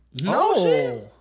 No